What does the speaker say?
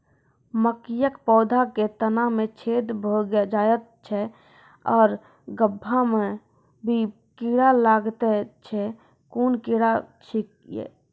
मकयक पौधा के तना मे छेद भो जायत छै आर गभ्भा मे भी कीड़ा लागतै छै कून कीड़ा छियै?